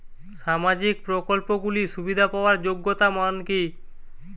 সামাজিক প্রকল্পগুলি সুবিধা পাওয়ার যোগ্যতা মান কি?